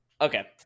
Okay